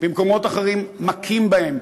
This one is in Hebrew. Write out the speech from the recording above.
במקומות אחרים מכים בהם.